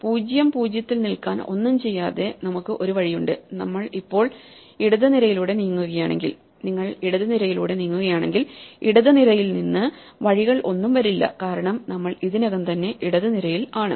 0 0 യിൽ നിൽക്കാൻ ഒന്നും ചെയ്യാതെ നമുക്ക് ഒരു വഴിയുണ്ട് നമ്മൾ ഇപ്പോൾ ഇടത് നിരയിലൂടെ നീങ്ങുകയാണെങ്കിൽ നിങ്ങൾ ഇടത് നിരയിലൂടെ നീങ്ങുകയാണെങ്കിൽ ഇടത് നിരയിൽ നിന്ന് വഴികൾ ഒന്നും വരില്ല കാരണം നമ്മൾ ഇതിനകം തന്നെ ഇടത് നിരയിൽ ആണ്